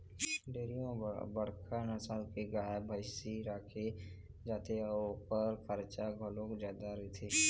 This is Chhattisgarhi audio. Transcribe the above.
डेयरी म बड़का नसल के गाय, भइसी राखे जाथे अउ ओखर खरचा घलोक जादा रहिथे